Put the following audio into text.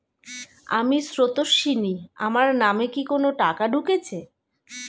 আমি স্রোতস্বিনী, আমার নামে কি কোনো টাকা ঢুকেছে?